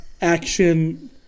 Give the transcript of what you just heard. Action